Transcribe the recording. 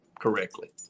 correctly